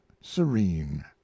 serene